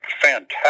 fantastic